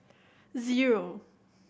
zero